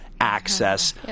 access